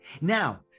Now